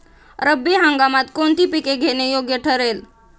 रब्बी हंगामात कोणती पिके घेणे योग्य ठरेल?